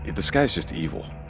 this guy is just evil.